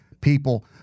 People